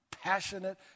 passionate